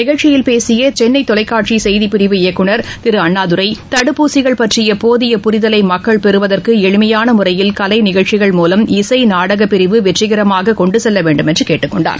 நிகழ்ச்சியில் பேசிய சென்னை தொலைக்காட்சி செய்திப்பிரிவு இயக்குநர் திரு அண்ணாதுரை தடுப்பூசிகள் பற்றிய போதிய புரிதலை மக்கள் பெறுவதற்கு எளிமையான முறையில் கலை நிகழ்ச்சிகள் மூலம் இசை நாடகப்பிரிவு வெற்றிகரமாக கொண்டுச்செல்ல வேண்டும் என்று கேட்டுக்கொண்டார்